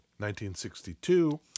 1962